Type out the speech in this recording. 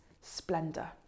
splendor